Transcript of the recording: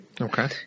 Okay